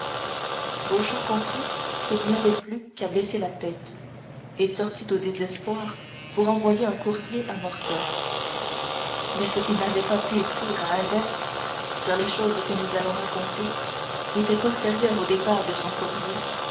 beauchamp comprit qu'il n'y avait plus qu'à baisser la tête et sortit au désespoir pour envoyer un courrier à morcerf mais ce qu'il n'avait pas pu écrire à albert car les choses que nous allons raconter étaient postérieures au départ de son courrier